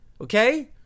okay